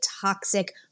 toxic